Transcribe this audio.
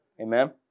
Amen